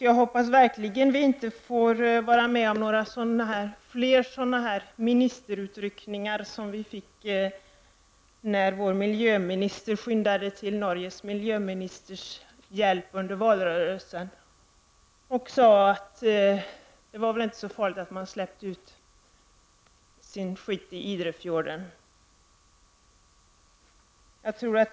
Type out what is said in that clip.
Jag hoppas verkligen att vi inte behöver vara med om flera ministerutryckningar som den då vår miljöminister under valrörelsen skyndade till Norges miljöministers hjälp och menade att det inte var så farligt att man släppte ut sin skit i Idefjorden.